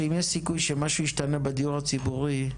שאם יש סיכוי שמשהו ישתנה בדיור הציבורי,